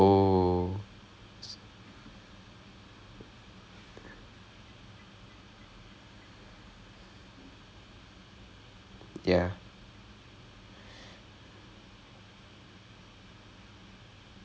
ah அங்கே தான் இப்போ ரொம்ப இடிக்குது:angae thaan ippo romba idikkuthu because is I mean here's the thing right most of the stuff வந்து இப்போ:vanthu ippo project assignment னு வருது:nu varuthu and I don't know how is in other schools all but the group I am with is like really amazing